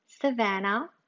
savannah